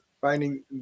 finding